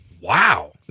Wow